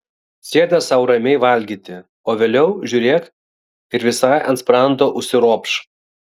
sėda sau ramiai valgyti o vėliau žiūrėk ir visai ant sprando užsiropš